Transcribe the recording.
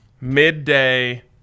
midday